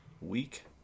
week